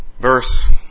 Verse